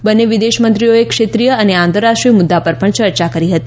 બંન્ને વિદેશ મંત્રીઓએ ક્ષેત્રીય અને આંતરરાષ્ટ્રીય મુદ્દા પર પણ ચર્ચા કરી હતી